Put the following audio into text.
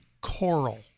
coral